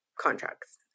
contracts